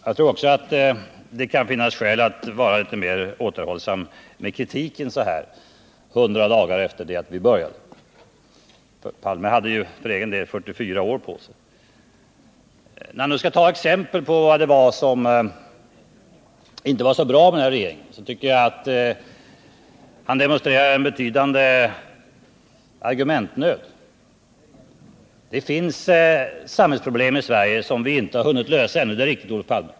Jag tror också att det kan finnas skäl att vara litet mer återhållsam med kritiken så här 100 dagar efter det att vi började. Olof Palme hade ju för egen del 44 år på sig. Och när han nu skall ta exempel på vad som inte var så bra med den här regeringen tycker jag att han demonstrerar en betydande argumentnöd. Det finns samhällsproblem i Sverige som vi inte hunnit lösa ännu — det är riktigt, Olof Palme.